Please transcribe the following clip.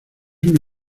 una